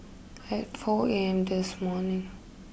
at four A M this morning